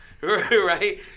right